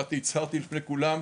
באתי והצהרתי בפני כולם,